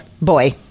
boy